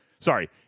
Sorry